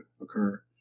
occur